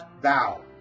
thou